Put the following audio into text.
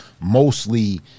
mostly